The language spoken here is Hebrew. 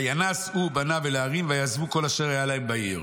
וינס הוא ובניו אל ההרים ויעזבו כל אשר היה להם בעיר".